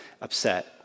upset